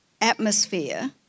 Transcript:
atmosphere